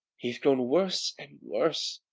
he hath grown worse and worse,